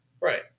Right